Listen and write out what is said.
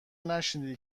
نشنیدی